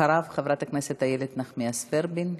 אחריו, חברת הכנסת איילת נחמיאס ורבין.